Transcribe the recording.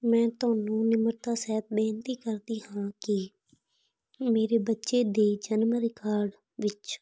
ਮੈਂ ਤੁਹਾਨੂੰ ਨਿਮਰਤਾ ਸਹਿਤ ਬੇਨਤੀ ਕਰਦੀ ਹਾਂ ਕਿ ਮੇਰੇ ਬੱਚੇ ਦੇ ਜਨਮ ਰਿਕਾਰਡ ਵਿੱਚ